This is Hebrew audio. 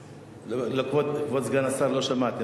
כבוד סגן השר, לא שמעתי.